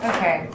Okay